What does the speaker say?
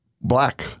black